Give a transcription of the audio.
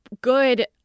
good